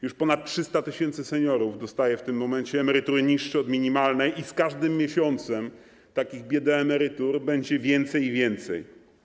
Już ponad 300 tys. seniorów dostaje w tym momencie emerytury niższe od minimalnej i z każdym miesiącem takich biedaemerytur będzie więcej i więcej.